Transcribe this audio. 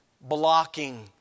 blocking